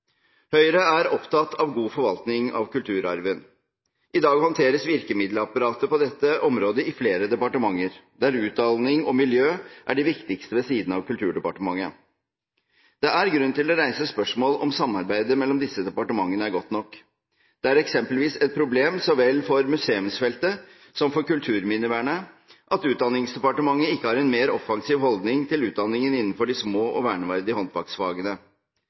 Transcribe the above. Høyre er opptatt av god forvaltning av kulturarven. I dag håndteres virkemiddelapparatet på dette området i flere departementer, der Utdanningsdepartementet og Miljøverndepartementet er de viktigste ved siden av Kulturdepartementet. Det er grunn til å reise spørsmål ved om samarbeidet mellom disse departementene er godt nok. Det er eksempelvis et problem så vel for museumsfeltet som for kulturminnevernet at Utdanningsdepartementet ikke har en mer offensiv holdning til utdanningen innenfor de små og verneverdige